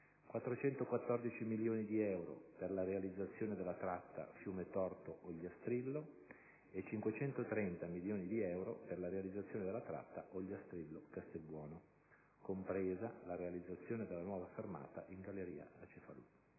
414 milioni di euro per la realizzazione della tratta Fiumetorto-Ogliastrillo e 530 milioni di euro per la realizzazione della tratta Ogliastrillo-Castelbuono, compresa la realizzazione della nuova fermata in galleria di Cefalù.